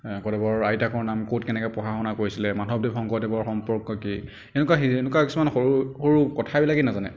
শংকৰদেৱৰ আইতাকৰ নাম ক'ত কেনেকৈ পঢ়া শুনা কৰিছিলে মাধৱদেৱ শংকৰদেৱৰ সম্পৰ্ক কি এনেকুৱা এনেকুৱা কিছুমান সৰু সৰু কথাবিলাকেই নাজানে